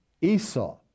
Esau